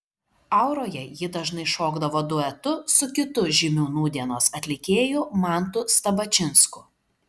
auroje ji dažnai šokdavo duetu su kitu žymiu nūdienos atlikėju mantu stabačinsku